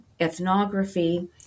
ethnography